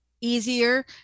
easier